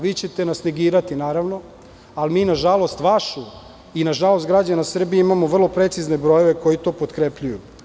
Vi ćete nas negirati, naravno, ali mi na žalost vašu i na žalost građana Srbije imamo vrlo precizne brojeve koji to potkrepljuju.